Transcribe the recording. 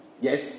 Yes